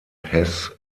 heß